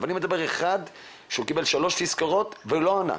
אבל אני מדבר על אחד שקיבל שלוש תזכורות והוא לא יודע.